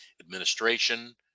administration